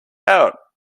out